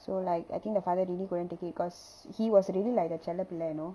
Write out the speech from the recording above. so like I think the father really couldn't take it because he was really like the செல்லப்பிள்ளை:chellappillai you know